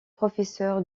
professeur